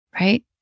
right